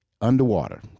underwater